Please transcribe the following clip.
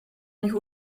nich